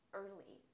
early